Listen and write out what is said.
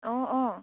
অঁ অঁ